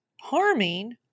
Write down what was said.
harming